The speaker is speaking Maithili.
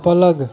पलङ्ग